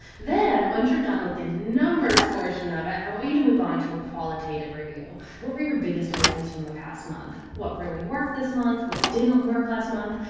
then once you're done with the numbers portion of it, i want you to move on to a qualitative review. what were your biggest wins from the past month? what really worked this month, what didn't work last month?